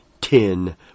ten